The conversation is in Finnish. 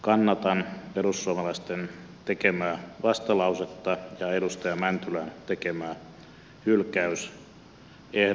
kannatan perussuomalaisten tekemää vastalausetta ja edustaja mäntylän tekemää hylkäysehdotusta